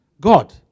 God